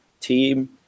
team